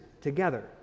together